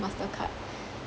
mastercard